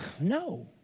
No